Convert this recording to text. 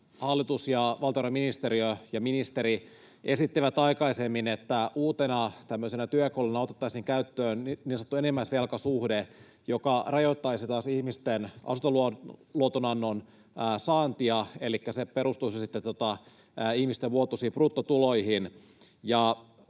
hallitus ja valtiovarainministeriö ja ‑ministeri esittivät aikaisemmin, että tämmöisenä uutena työkaluna otettaisiin käyttöön niin sanottu enimmäisvelkasuhde, joka taas rajoittaisi ihmisten asuntoluoton saantia, elikkä se perustuisi ihmisten vuotuisiin bruttotuloihin.